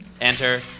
Enter